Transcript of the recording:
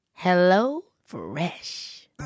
HelloFresh